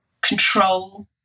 control